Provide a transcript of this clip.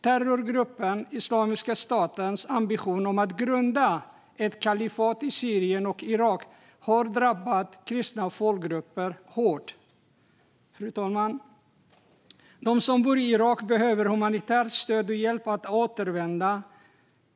Terrorgruppen Islamiska statens ambition att grunda ett kalifat i Syrien och Irak har drabbat kristna folkgrupper hårt. Fru talman! De som bor i Irak behöver humanitärt stöd och hjälp att återvända.